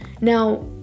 now